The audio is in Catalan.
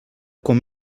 com